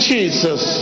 Jesus